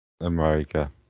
America